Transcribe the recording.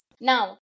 Now